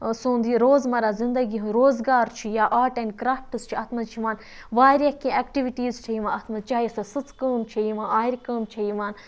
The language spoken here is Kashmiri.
سُنٛد یہِ روزمرہ زندگی ہٕنٛدۍ روزگار چھِ یا آٹ اینٛڈ کرٛافٹٕز چھِ اَتھ منٛز چھِ یِوان واریاہ کینٛہہ اٮ۪کٹِوِٹیٖز چھےٚ یِوان اَتھ منٛز چاہے سۄ سٕژ کٲم چھےٚ یِوان آرِ کٲم چھےٚ یِوان